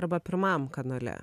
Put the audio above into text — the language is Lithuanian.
arba pirmam kanale